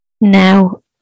now